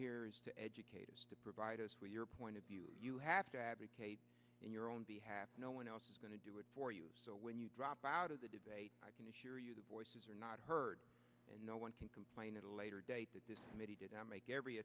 here is to educate us to provide us with your point of view you have to advocate in your own behalf no one else is going to do it for you so when you drop out of the debate i can assure you the voices are not heard and no one can complain at a later date that many did i make every